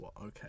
Okay